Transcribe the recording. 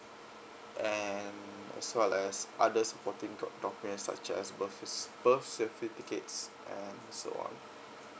and as well as other supporting doc~ documents such as birth ce~ birth certificates and so on